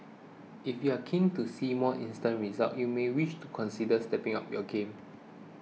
if you're keen to see more instant results you may wish to consider stepping up your game